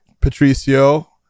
Patricio